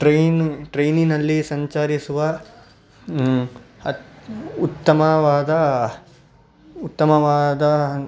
ಟ್ರೈನ ಟ್ರೈನಿನಲ್ಲಿ ಸಂಚರಿಸುವ ಉತ್ತಮವಾದ ಉತ್ತಮವಾದ